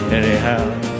anyhow